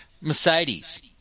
Mercedes